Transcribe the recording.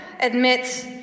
admits